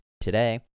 today